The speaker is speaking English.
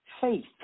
faith